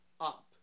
up